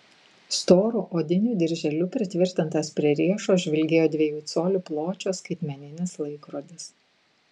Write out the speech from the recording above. storu odiniu dirželiu pritvirtintas prie riešo žvilgėjo dviejų colių pločio skaitmeninis laikrodis